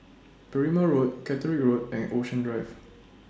Berrima Road Catterick Road and Ocean Drive